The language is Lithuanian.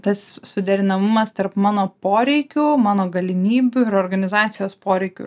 tas suderinamumas tarp mano poreikių mano galimybių ir organizacijos poreikių